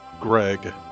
Greg